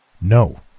No